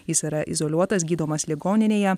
jis yra izoliuotas gydomas ligoninėje